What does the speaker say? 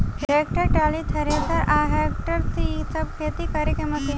tractor, trolley, thresher आ harvester इ सब खेती करे के मशीन ह